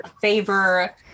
favor